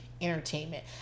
entertainment